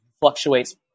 fluctuates